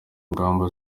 ngamba